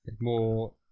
More